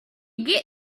get